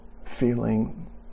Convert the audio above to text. Feeling